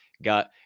got